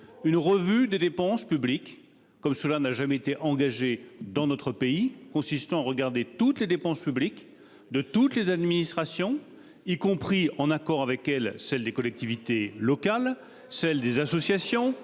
Une revue des dépenses publiques comme cela n'a jamais été engagé dans notre pays consistant à regarder toutes les dépenses publiques de toutes les administrations, y compris en accord avec elle, celle des collectivités locales, celle des associations,